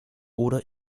oder